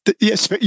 yes